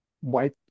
white